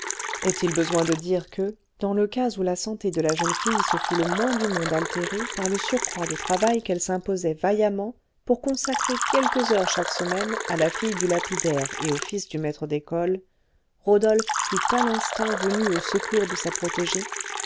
est-il besoin de dire que dans le cas où la santé de la jeune fille se fût le moins du monde altérée par le surcroît de travail qu'elle s'imposait vaillamment pour consacrer quelques heures chaque semaine à la fille du lapidaire et au fils du maître d'école rodolphe fût à l'instant venu au secours de sa protégée